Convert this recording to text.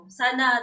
sana